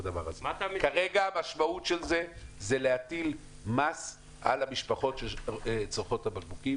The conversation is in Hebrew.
כרגע המשמעות של זה היא להטיל מס על המשפחות שצורכות את הבקבוקים.